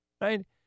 Right